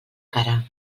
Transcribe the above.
cara